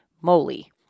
moly